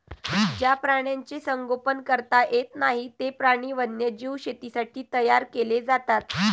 ज्या प्राण्यांचे संगोपन करता येत नाही, ते प्राणी वन्यजीव शेतीसाठी तयार केले जातात